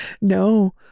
no